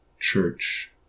church